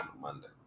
Monday